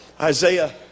Isaiah